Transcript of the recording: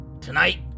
Tonight